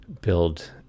build